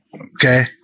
okay